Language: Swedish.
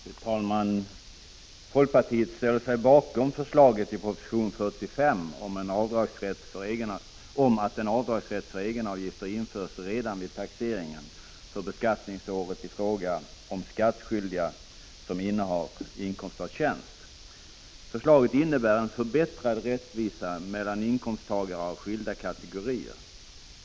Fru talman! Folkpartiet ställer sig bakom förslaget i proposition 1985/86:45 om att en avdragsrätt för egenavgifter skall införas redan vid taxeringen för beskattningsåret i fråga när det gäller skattskyldiga som har inkomst av tjänst. Förslaget innebär en ökad rättvisa mellan inkomsttagare av skilda kategorier.